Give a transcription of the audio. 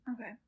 Okay